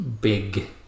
big